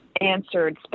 answered